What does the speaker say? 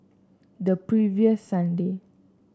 the previous Sunday